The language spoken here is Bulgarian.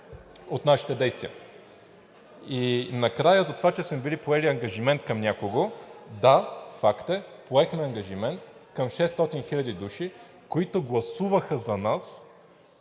(Шум и реплики.) И накрая за това, че сме били поели ангажимент към някого. Да, факт е, поехме ангажимент към 600 хиляди души, които гласуваха за нас,